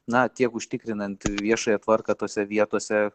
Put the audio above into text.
na tiek užtikrinant viešąją tvarką tose vietose